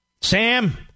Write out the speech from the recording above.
Sam